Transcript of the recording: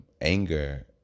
anger